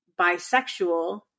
bisexual